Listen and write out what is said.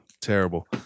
Terrible